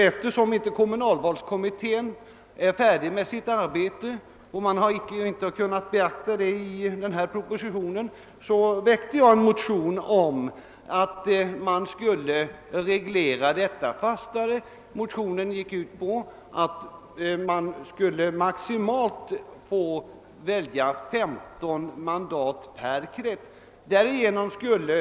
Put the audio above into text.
Eftersom kommunalvalskommittén inte är färdig med sitt arbete och propositionen således inte har kunnat beakta dess förslag, har jag väckt en motion om att denna sak skulle regleras fastare. Motionen gick ut på att man maximalt skulle få välja 15 mandat per krets. Därigenom skulle.